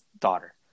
daughter